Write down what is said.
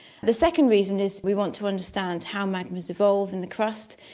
the second reason is we want to understand how magmas evolve in the crust,